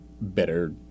better